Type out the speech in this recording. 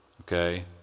okay